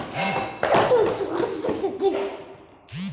जेकर कस बियासी नांगर अउ अकरासी नागर कर बनावट रहथे ओही कस ओन्हारी नागर हर रहथे